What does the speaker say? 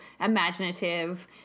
imaginative